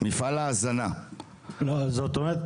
זאת אומרת,